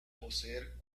poseer